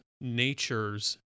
natures